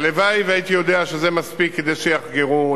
הלוואי שהייתי יודע שזה מספיק כדי שיחגרו.